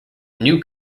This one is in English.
new